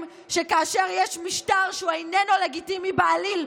שכאשר יש משטר שהוא איננו לגיטימי בעליל,